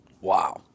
Wow